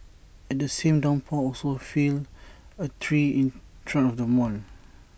and the same downpour also felled A tree in front of the mall